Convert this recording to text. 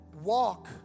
walk